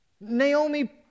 Naomi